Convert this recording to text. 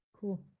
Cool